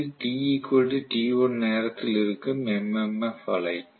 இது t t1 நேரத்தில் இருக்கும் MMF அலை